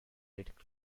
detect